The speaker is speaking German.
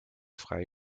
frei